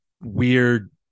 weird